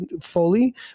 fully